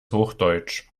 hochdeutsch